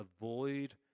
avoid